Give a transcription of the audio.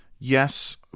Yes